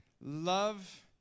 Love